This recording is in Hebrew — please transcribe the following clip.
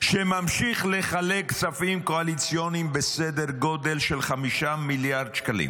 ממשיך לחלק כספים קואליציוניים בסדר גודל של 5 מיליארד שקלים.